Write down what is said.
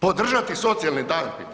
Podržati socijalni damping.